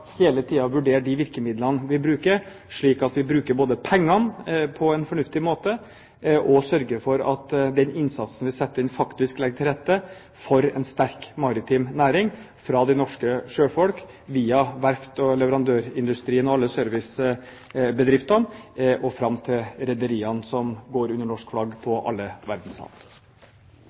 hele tiden vurdere de virkemidlene vi bruker, slik at vi både bruker pengene på en fornuftig måte og sørger for at den innsatsen vi setter inn, faktisk legger til rette for en sterk maritim næring for norske sjøfolk, via verfts- og leverandørindustrien og alle servicebedriftene, og fram til rederiene som går under norsk flagg på alle